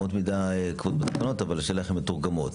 אמות המידה קבועות בתקנות אבל השאלה איך הן מתורגמות.